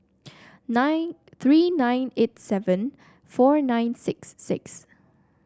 nine three nine eight seven four nine six six